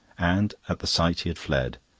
and at the sight he had fled.